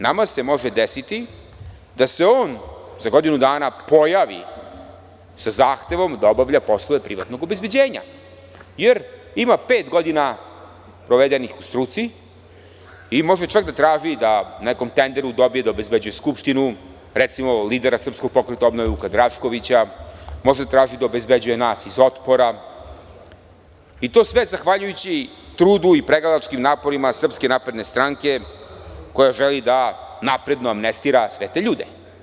Nama se može desiti da se on za godinu dana pojavi sa zahtevom da obavlja poslove privatnog obezbeđenja, jer ima pet godina provedenih u struci i može čak da traži da na nekom tenderu dobije da obezbeđuje Skupštinu, recimo lidera SPO, Vuka Draškovića, može da traži da obezbeđuje nas iz Otpora i to sve zahvaljujući trudu i pregalačkim naporima SNS, koja želi da napredno amnestira sve te ljude.